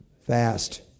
fast